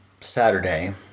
Saturday